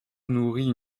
nourrit